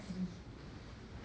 siapa